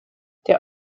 der